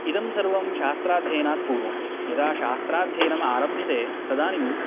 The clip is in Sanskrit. इदं सर्वं शास्त्राध्ययनात् पूर्वं यदा शास्त्राध्ययनम् आरभ्यते तदानीं